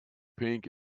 pink